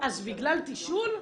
אז בגלל תשאול?